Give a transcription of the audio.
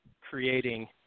creating